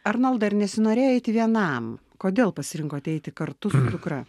arnoldai ir nesinorėjo eiti vienam kodėl pasirinkote eiti kartu su dukra